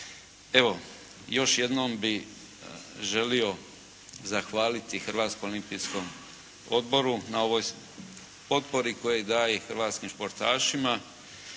Evo, još jednom bih želio zahvaliti Hrvatskom olimpijskom odboru na ovoj potpori koju daje i hrvatskim športašima,